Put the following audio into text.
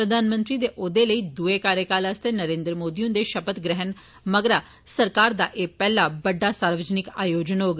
प्रधानमंत्री दे ओहदे लेइ दुए कार्यकाल आस्तै नरेन्द्र मोदी हुन्दे शपथ ग्रहण मगरा सरकार दा एह् पैहला बड्डा सार्वजनिक आयोजन होग